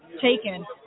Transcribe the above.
taken